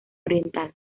oriental